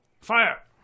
fire